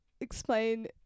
explain